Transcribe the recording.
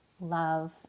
love